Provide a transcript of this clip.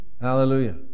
Hallelujah